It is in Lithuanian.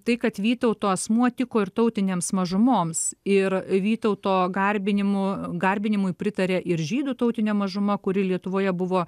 tai kad vytauto asmuo tiko ir tautinėms mažumoms ir vytauto garbinimu garbinimui pritarė ir žydų tautinė mažuma kuri lietuvoje buvo